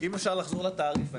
אם אפשר לחזור לתעריף,